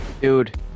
Dude